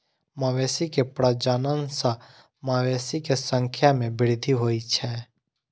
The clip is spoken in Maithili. मवेशी के प्रजनन सं मवेशी के संख्या मे वृद्धि होइ छै